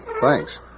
Thanks